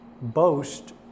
boast